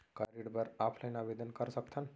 का ऋण बर ऑफलाइन आवेदन कर सकथन?